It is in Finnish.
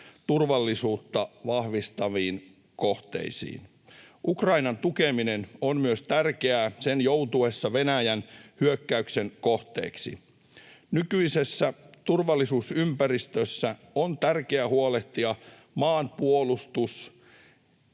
turvallisuutta vahvistaviin kohteisiin. Myös Ukrainan tukeminen on tärkeää sen joutuessa Venäjän hyökkäyksen kohteeksi. Nykyisessä turvallisuusympäristössä on tärkeää huolehtia maanpuolustusjärjestöjemme